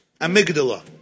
amygdala